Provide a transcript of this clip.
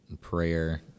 prayer